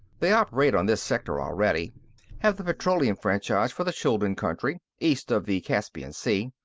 they operate on this sector already have the petroleum franchise for the chuldun country, east of the caspian sea.